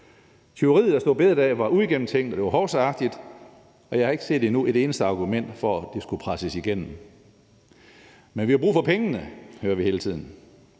Tyveriet af store bededag var uigennemtænkt, og det var hovsaagtigt, og jeg har endnu ikke set et eneste argument for, at det skulle presses igennem. Men vi har brug for pengene, hører vi hele tiden.